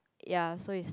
ya so is